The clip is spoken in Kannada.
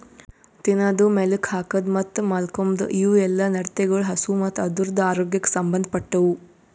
ತಿನದು, ಮೇಲುಕ್ ಹಾಕದ್ ಮತ್ತ್ ಮಾಲ್ಕೋಮ್ದ್ ಇವುಯೆಲ್ಲ ನಡತೆಗೊಳ್ ಹಸು ಮತ್ತ್ ಅದುರದ್ ಆರೋಗ್ಯಕ್ ಸಂಬಂದ್ ಪಟ್ಟವು